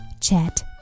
chat